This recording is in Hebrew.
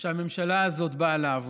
שהממשלה הזאת באה לעבוד.